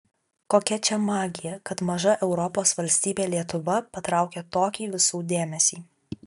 kokia čia magija kad maža europos valstybė lietuva patraukia tokį visų dėmesį